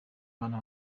mwana